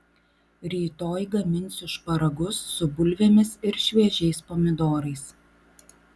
rytoj gaminsiu šparagus su bulvėmis ir šviežiais pomidorais